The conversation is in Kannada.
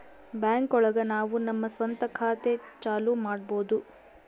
ಬ್ಯಾಂಕ್ ಒಳಗ ನಾವು ನಮ್ ಸ್ವಂತ ಖಾತೆ ಚಾಲೂ ಮಾಡ್ಬೋದು